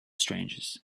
strangers